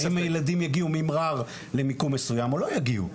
האם הילדים יגיעו ממע'אר למיקום מסוים או לא יגיעו.